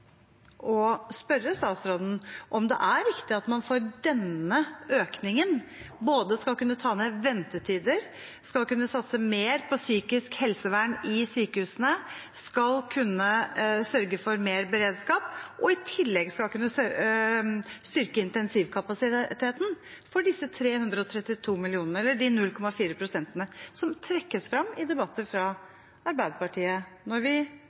spørre statsråden om det er riktig at man for denne økningen skal kunne både ta ned ventetider, satse mer på psykisk helsevern i sykehusene, sørge for mer beredskap og i tillegg styrke intensivkapasiteten – for disse 332 mill. kr, eller 0,4 pst., som trekkes fram av Arbeiderpartiet i debatter, særlig når vi